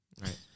right